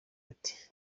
ati